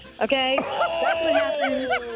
okay